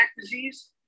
disease